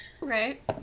Right